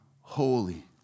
holy